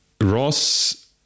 Ross